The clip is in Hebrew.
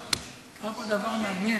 היה פה דבר מעניין.